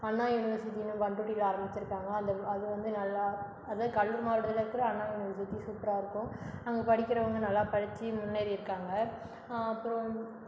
அண்ணா யூனிவர்சிட்டின்னு பண்ருட்டியில் ஆரமிச்சுருக்காங்க அந்த அது வந்து நல்லா அதுதான் கடலூர் மாவட்டத்தில் இருக்கிற அண்ணா யூனிவர்சிட்டி சூப்பராக இருக்கும் அங்கே படிக்கிறவங்க நல்லா படிச்சு முன்னேறியிருக்காங்க ஆ அப்புறம்